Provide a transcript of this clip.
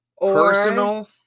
personal